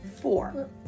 four